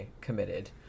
committed